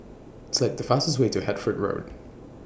Select The fastest Way to Hertford Road